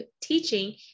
teaching